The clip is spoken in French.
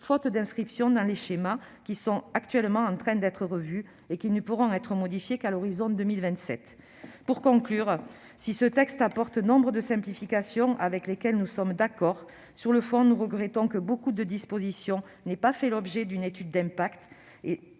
faute d'inscription dans les schémas qui sont en train d'être revus et qui ne pourront être modifiés qu'à l'horizon 2027. Pour conclure, si ce texte apporte nombre de simplifications avec lesquelles nous sommes d'accord sur le fond, nous regrettons que de nombreuses dispositions n'aient pas fait l'objet d'une étude d'impact.